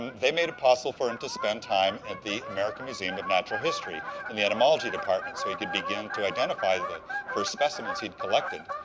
they made it possible for him to spend time at the american museum of natural history in the entomology department so he could begin to identify the first specimens he'd collected.